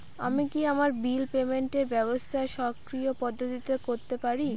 আমি কি আমার বিল পেমেন্টের ব্যবস্থা স্বকীয় পদ্ধতিতে করতে পারি?